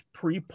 pre